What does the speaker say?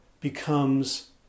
becomes